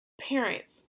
parents